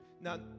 Now